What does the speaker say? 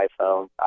iPhone